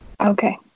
Okay